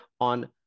on